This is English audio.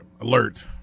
alert